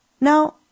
Now